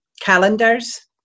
calendars